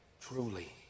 truly